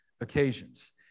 occasions